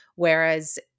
Whereas